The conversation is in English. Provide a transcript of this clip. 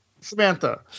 Samantha